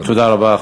תודה רבה.